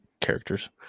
characters